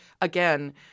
again